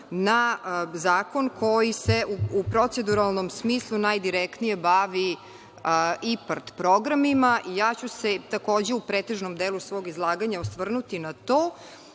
na zakon koji se u proceduralnom smislu najdirektnije bavi IPARD programima i ja ću se takođe u pretežnom delu svog izlaganja osvrnuti na to,